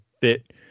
fit